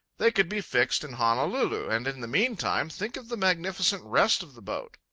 they could be fixed in honolulu, and in the meantime think of the magnificent rest of the boat!